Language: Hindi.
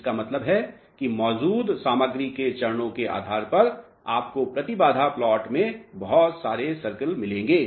इसका मतलब है कि मौजूद पदार्थ के चरणों के आधार पर आपको प्रतिबाधा प्लाट में बहुत सारे सर्कल मिलेंगे